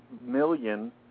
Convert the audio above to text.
million